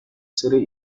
serait